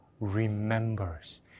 remembers